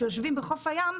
שיושבים בחוף היום,